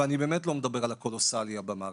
ואני באמת לא מדבר על הקולוסליה במערכת.